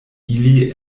ili